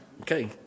Okay